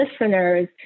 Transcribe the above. listeners